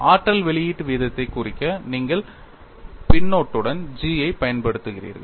ஆற்றல் வெளியீட்டு வீதத்தைக் குறிக்க நீங்கள் பின்னொட்டுடன் G ஐப் பயன்படுத்துகிறீர்கள்